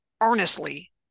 earnestly